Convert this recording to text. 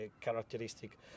characteristic